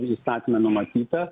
įstatyme numatyta